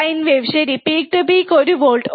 sign wave ശരി peak to peak ഒരു volt